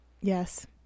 Yes